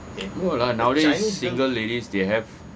no lah nowadays single ladies they have